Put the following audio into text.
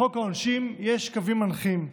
לחוק העונשין יש קווים מנחים,